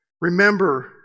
Remember